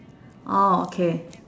orh okay